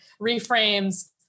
reframes